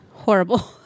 horrible